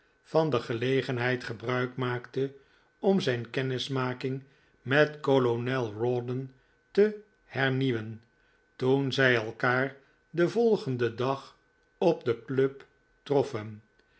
van de gelegenheid gebruik maakte om zijn kennismaking met kolonel rawdon te hernieuwen toen zij elkaar den volgenden dag op de club troffen